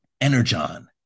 energon